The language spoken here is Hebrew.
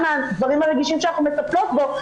מהדברים הרגישים שאנחנו מטפלות בהם,